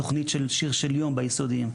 תוכנית של שיר של יום ביסודיים,